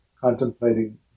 contemplating